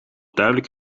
duidelijk